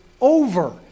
over